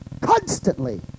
constantly